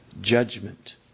judgment